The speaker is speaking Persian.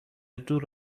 دور